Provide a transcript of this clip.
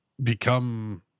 become